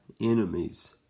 enemies